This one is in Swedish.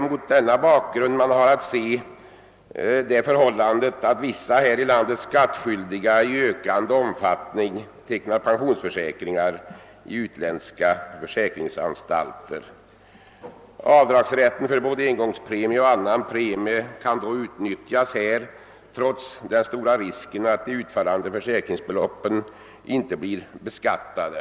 Han säger vidare, att på grund härav vissa här i landet skattskyldiga i ökande omfattning tecknar pensionsförsäkringar i utländska försäkringsanstalter. Avdragsrätten för både engångspremie och annan premie kan då utnyttjas trots den stora risken att de utfallande försäkringsbeloppen inte blir beskattade.